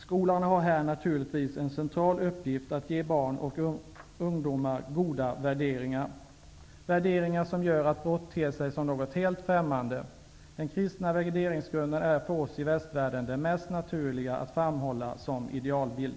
Skolan har i det sammanhanget naturligtvis en central uppgift att ge barn och ungdomar goda värderingar, värderingar som gör att brott ter sig som något helt främmande. Den kristna värderingsgrunden är för oss i västvärlden den mest naturliga att framhålla som idealbild.